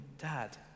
Dad